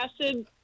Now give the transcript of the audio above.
acid